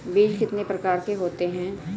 बीज कितने प्रकार के होते हैं?